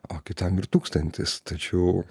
o kitam ir tūkstantis tačiau